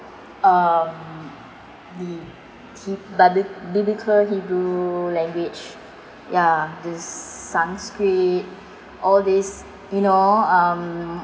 uh the heb~ bibl~ biblical hebrew language ya this sanskrit all this you know um